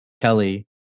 Kelly